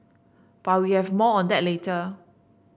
but we have more on that later